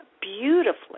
beautifully